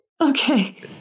Okay